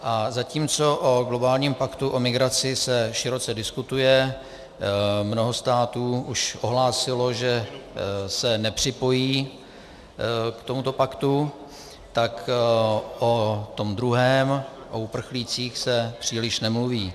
A zatímco o globálním paktu o migraci se široce diskutuje, mnoho států už ohlásilo, že se nepřipojí k tomuto paktu, tak o tom druhém, o uprchlících, se příliš nemluví.